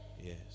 Yes